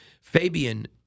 Fabian